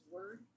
Word